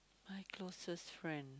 my closest friend